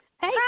Hey